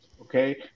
Okay